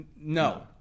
No